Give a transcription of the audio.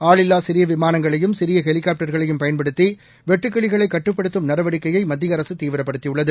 ஆளில்லா சிறிய விமானங்களையும் சிறிய ஹெலிகாப்டர்களையும் பயன்படுத்திவெட்டுக்கிளிகளை கட்டுப்படுத்தும் நடவடிக்கையை மத்திய அரசு தீவிரப்படுத்தியுள்ளது